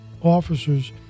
officers